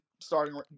starting